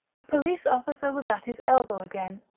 a police officer was at his elbow again,